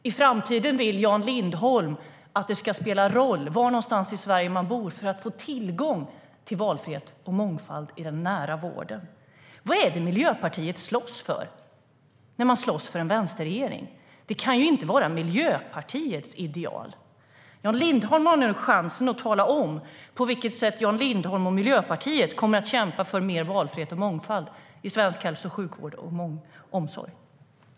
I framtiden vill Jan Lindholm att det ska spela roll var i Sverige man bor för att få tillgång till valfrihet och mångfald i den nära vården.